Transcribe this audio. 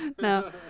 No